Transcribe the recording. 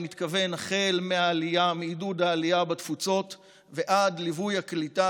אני מתכוון החל מעידוד העלייה בתפוצות ועד ליווי הקליטה